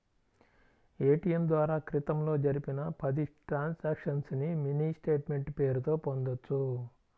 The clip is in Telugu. ఏటియం ద్వారా క్రితంలో జరిపిన పది ట్రాన్సక్షన్స్ ని మినీ స్టేట్ మెంట్ పేరుతో పొందొచ్చు